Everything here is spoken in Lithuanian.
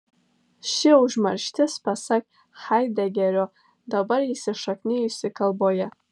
ši užmarštis pasak haidegerio dabar įsišaknijusi kalboje